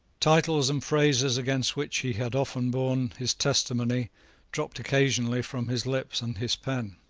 titles and phrases against which he had often borne his testimony dropped occasionally from his lips and his pen.